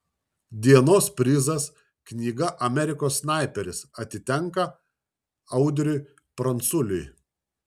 dienos prizas knyga amerikos snaiperis atitenka audriui pranculiui